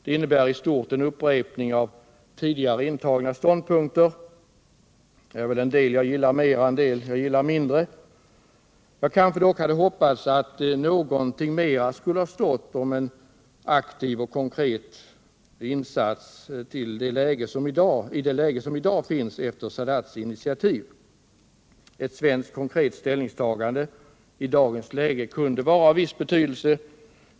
Det innebär i stort sett en upprepning av tidigare intagna ståndpunkter. Det är väl en del i svaret som jag gillar mer och en del som jag gillar mindre. Jag hade kanske hoppats att någonting mera skulle ha stått om en aktiv och konkret insats i det läge som i dag råder efter Sadats initiativ. Ett konkret svenskt ställningstagande kunde i dagens läge vara av en viss betydelse.